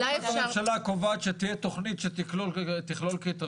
החלטת הממשלה קובעת שתהיה תוכנית שתכלול קריטריונים,